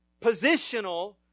Positional